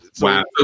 wow